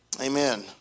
Amen